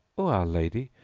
o our lady,